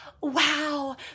wow